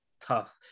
tough